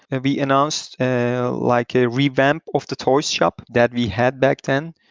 and we announced like a revamp of the toy shop that we had back then.